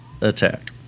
attack